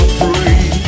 free